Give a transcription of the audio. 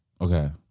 Okay